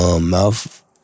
mouth